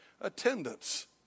attendance